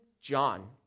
John